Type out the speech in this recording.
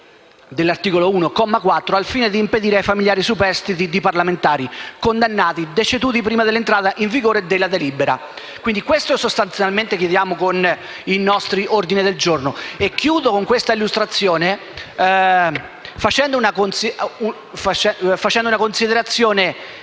dell'articolo 1, comma 4, riguardante i familiari superstiti di parlamentari condannati, deceduti prima dell'entrata in vigore della delibera. Questo sostanzialmente è ciò che chiediamo con i nostri ordini del giorno. Termino la mia illustrazione facendo una considerazione